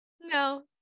No